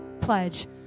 pledge